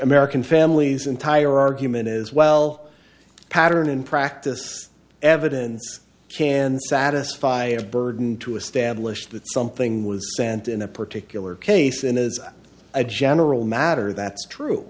american families entire argument as well pattern in practice evidence can satisfy a burden to establish that something was sent in a particular case and as a general matter that's true